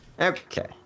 Okay